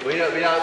הוא אמר.